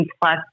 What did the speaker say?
plus